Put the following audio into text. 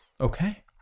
Okay